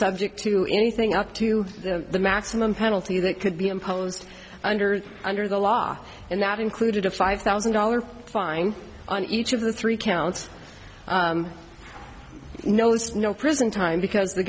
subject to anything up to the maximum penalty that could be imposed under under the law and that included a five thousand dollars fine on each of the three counts no list no prison time because the